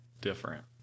different